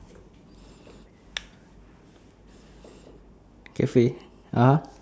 cafe uh